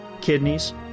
kidneys